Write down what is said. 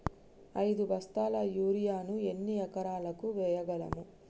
ఐదు బస్తాల యూరియా ను ఎన్ని ఎకరాలకు వేయగలము?